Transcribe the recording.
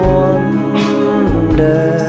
wonder